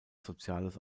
soziales